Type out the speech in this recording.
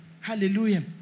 Hallelujah